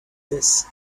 this